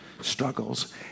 struggles